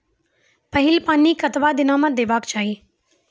पहिल पानि कतबा दिनो म देबाक चाही?